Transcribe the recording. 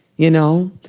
you know?